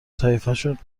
طایفشون